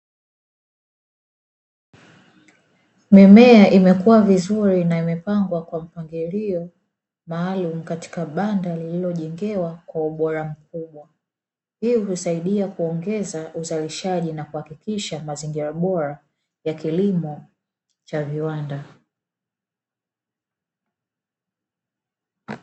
Mimea imekua vizuri na imepangwa kwa mpangilio maalumu katika banda lililojengewa kwa ubora mkubwa, hii husaidia kuongeza uzalishaji na kuhakikisha mazingira bora ya kilimo cha viwanda.